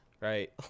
right